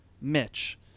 Mitch